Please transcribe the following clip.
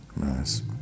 Nice